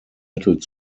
mittel